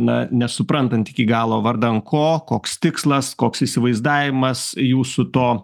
na nesuprantanti iki galo vardan ko koks tikslas koks įsivaizdavimas jūsų to